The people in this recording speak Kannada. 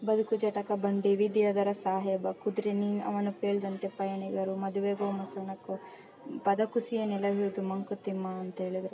ಬದುಕು ಜಟಕಾ ಬಂಡಿ ವಿದಿ ಅದರ ಸಾಹೇಬ ಕುದುರೆ ನೀನು ಅವನು ಪೇಲ್ದಂತೆ ಪಯಣಿಗರು ಮದುವೆಗೋ ಮಸಣಕ್ಕೋ ಪದ ಕುಸಿಯ ನೆಲವಿದು ಮಂಕುತಿಮ್ಮ ಅಂತ ಹೇಳಿದರು